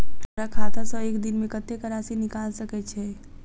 हमरा खाता सऽ एक दिन मे कतेक राशि निकाइल सकै छी